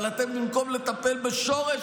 אבל אתם, במקום לטפל בשורש